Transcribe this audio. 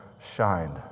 shined